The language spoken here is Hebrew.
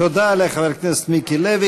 תודה לחבר הכנסת מיקי לוי.